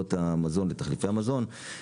לחברות המזון לתחליפי המזון,